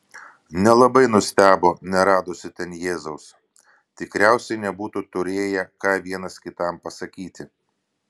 nelabai nustebo neradusi ten jėzaus tikriausiai nebūtų turėję ką vienas kitam pasakyti